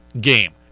game